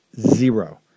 zero